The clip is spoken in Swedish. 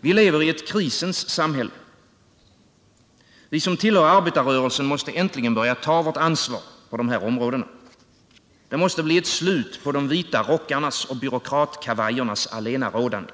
Vileveri ett krisens samhälle. Vi som tillhör arbetarrörelsen måste äntligen börja ta vårt ansvar på dessa områden. Det får bli slut på de vita rockarnas och byråkratkavajernas allenarådande.